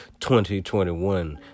2021